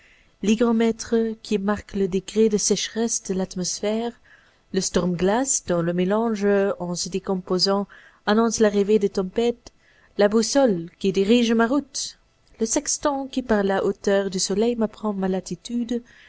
l'hygromètre qui marque le degré de sécheresse de l'atmosphère le storm glass dont le mélange en se décomposant annonce l'arrivée des tempêtes la boussole qui dirige ma route le sextant qui par la hauteur du soleil m'apprend ma latitude